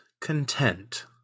content